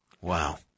Wow